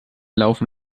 laufen